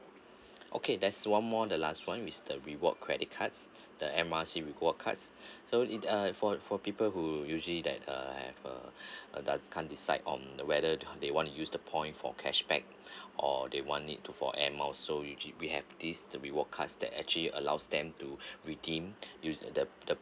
okay there's one more the last one which is the reward credit cards the M R C reward cards so it uh for for people who usually that uh have uh thus can't decide on whether they want to use the point for cashback or they want it to for airmiles so usually we have this the reward cards that actually allows them to redeem use the the